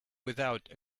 without